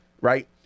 right